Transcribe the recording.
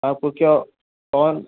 आपको क्या ओन